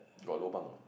got lobang not